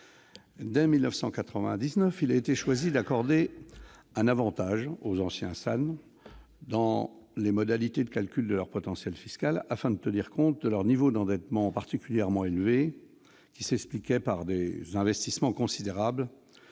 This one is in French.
Dès 1999, il a été choisi d'accorder un avantage aux anciens SAN dans les modalités de calcul de leur potentiel fiscal, afin de tenir compte de leur niveau d'endettement particulièrement élevé, qui s'expliquait par les investissements considérables